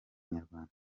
inyarwanda